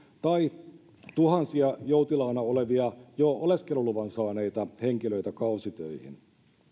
tai tuhansia joutilaana olevia jo oleskeluluvan saaneita henkilöitä kausitöihin